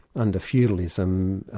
under feudalism,